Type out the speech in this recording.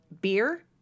beer